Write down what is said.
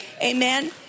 Amen